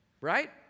right